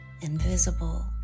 invisible